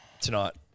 Tonight